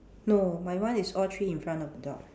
no my one is all three in front of the dog